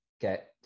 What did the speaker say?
get